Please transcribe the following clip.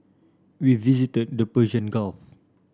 we visited the Persian Gulf